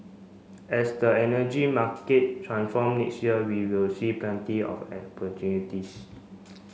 as the energy market transform next year we will see plenty of